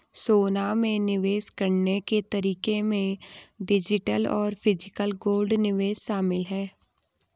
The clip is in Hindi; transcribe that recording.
सोना में निवेश करने के तरीके में डिजिटल और फिजिकल गोल्ड निवेश शामिल है